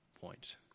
point